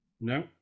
No